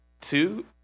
Two